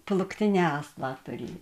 plūktinę aslą turė